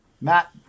Matt